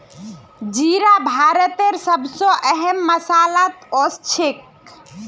जीरा भारतेर सब स अहम मसालात ओसछेख